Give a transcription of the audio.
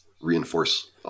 reinforce